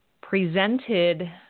presented